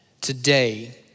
today